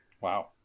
Wow